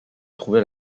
trouvé